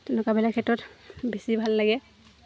তেনেকুৱাবিলাক ক্ষেত্ৰত বেছি ভাল লাগে